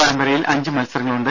പരമ്പരയിൽ അഞ്ച് മത്സരങ്ങളുണ്ട്